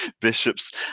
Bishop's